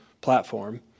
platform